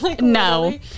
No